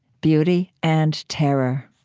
beauty and terror.